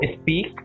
Speak